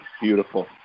Beautiful